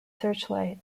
searchlight